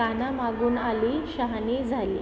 कानामागून आली शहाणी झाली